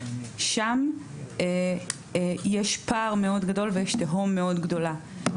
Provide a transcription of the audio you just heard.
שם יש פער מאוד גדול ויש תהום מאוד גדולה.